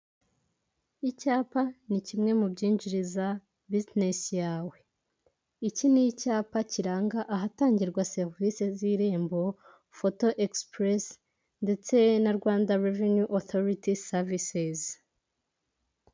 Icyapa ni kimwe mu byinjiriza bizinesi yawe. Iki ni icyapa kiranga ahatangirwa serivisi z'irembo, foto egisipuresi ndetse na Rwanda reveni otoriti savisizi.